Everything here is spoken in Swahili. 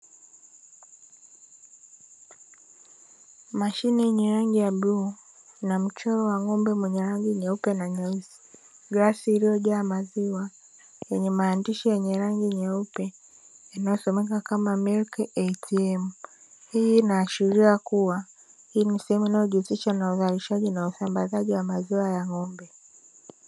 Mashine yenye rangi ya bluu na mchoro wa ng'ombe wenye rangi nyeusi na nyeupe, glasi iliyojaa maziwa yenye maandishi yenye rangi nyeupe, inayosomeka kama ''MILK ATM'', hii inaashiria kuwa hii ni sehemu inayojihusisha na uzalishaji na usambazaji wa maziwa ya ng'ombe.